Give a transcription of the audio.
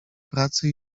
pracy